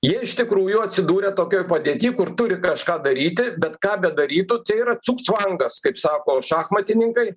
jie iš tikrųjų atsidūrė tokioj padėty kur turi kažką daryti bet ką bedarytų tai yra cugcvangas kaip sako šachmatininkai